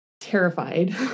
terrified